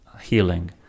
healing